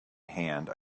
hand